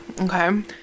Okay